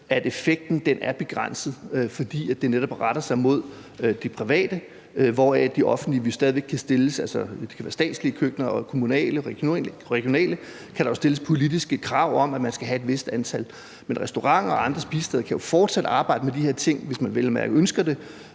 at effekten er begrænset, fordi det netop retter sig mod det private. I det offentlige, altså det kan være statslige, kommunale eller regionale køkkener, kan der jo stilles politiske krav om, at man skal have et vist antal. Men restauranter og andre spisesteder kan jo fortsat arbejde med de her ting, hvis man vel at mærke ønsker det.